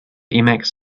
emacs